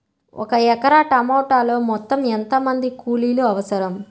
ఒక ఎకరా టమాటలో మొత్తం ఎంత మంది కూలీలు అవసరం?